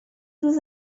روز